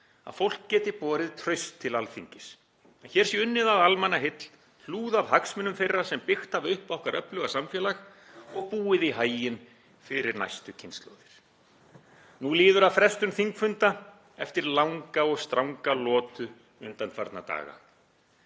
að fólk geti borið traust til Alþingis, að hér sé unnið að almannaheill, hlúð að hagsmunum þeirra sem byggt hafa upp okkar öfluga samfélag og búið í haginn fyrir næstu kynslóðir. Nú líður að frestun þingfunda eftir langa og stranga lotu undanfarna daga.